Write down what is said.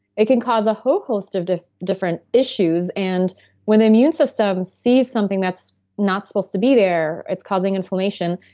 it can cause a whole host of different issues. and when the immune system sees something that's not supposed to be there, it's causing inflammation,